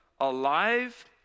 alive